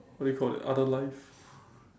what do you call that other life